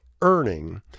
earning